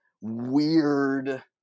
weird